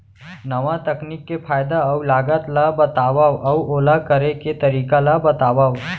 नवा तकनीक के फायदा अऊ लागत ला बतावव अऊ ओला करे के तरीका ला बतावव?